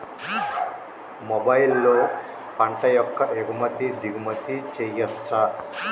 మొబైల్లో పంట యొక్క ఎగుమతి దిగుమతి చెయ్యచ్చా?